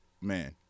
man